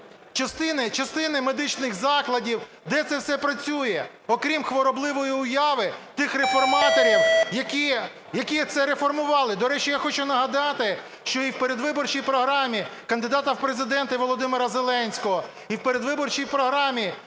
частини медичних закладів, де це все працює, окрім хворобливої уяви тих реформаторів, які це реформували? До речі, я хочу нагадати, що і в передвиборчій програмі кандидата в Президенти Володимира Зеленського і в передвиборчій програмі